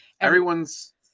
everyone's